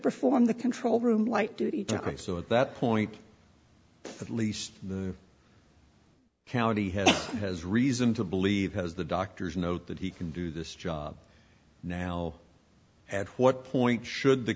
perform the control room light duty to ok so at that point at least the county has has reason to believe has the doctor's note that he can do this job now at what point should the